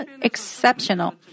exceptional